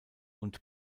und